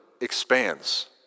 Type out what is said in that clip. expands